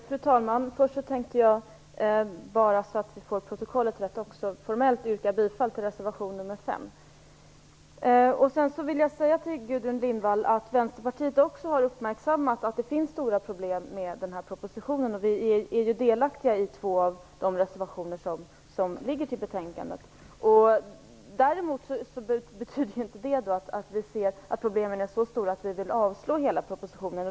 Fru talman! Först tänkte jag bara, så att det blir rätt i protokollet, också formellt yrka bifall till reservation 5. Sedan vill jag säga till Gudrun Lindvall att Vänsterpartiet också har uppmärksammat att det finns stora problem med den här propositionen. Vi är ju delaktiga i två av reservationerna. Däremot betyder inte det att vi ser problemen som så stora att vi vill avslå hela propositionen.